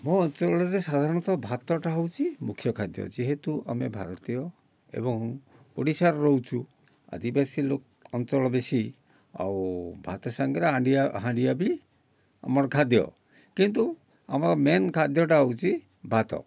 ଆମ ଅଞ୍ଚଳରେ ସାଧାରଣତ ଭାତଟା ହେଉଛି ମୁଖ୍ୟ ଖାଦ୍ୟ ଯେହେତୁ ଆମେ ଭାରତୀୟ ଏବଂ ଓଡ଼ିଶାରେ ରହୁଛୁ ଆଦିବାସୀ ଲୋକ ଅଞ୍ଚଳ ବେଶି ଆଉ ଭାତ ସାଙ୍ଗରେ ହାଣ୍ଡିଆ ହାଣ୍ଡିଆ ବି ଆମର ଖାଦ୍ୟ କିନ୍ତୁ ଆମର ମେନ୍ ଖାଦ୍ୟଟା ହେଉଛି ଭାତ